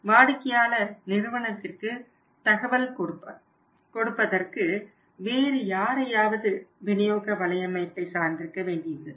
வாடிக்கையாளர் நிறுவனத்திற்கு தகவல் கொடுப்பதற்கு வேறு யாரையாவது விநியோக வலையமைப்பை சார்ந்திருக்க வேண்டியுள்ளது